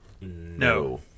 No